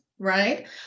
right